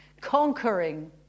conquering